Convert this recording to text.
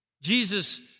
Jesus